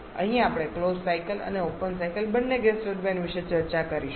અહીં આપણે close cycle અને ઓપન સાયકલ બંને ગેસ ટર્બાઈન વિશે ચર્ચા કરીશું